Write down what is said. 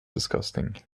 disgusting